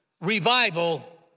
revival